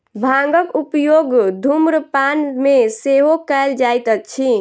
भांगक उपयोग धुम्रपान मे सेहो कयल जाइत अछि